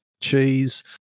cheese